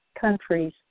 countries